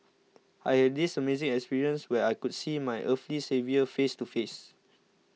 I had this amazing experience where I could see my earthly saviour face to face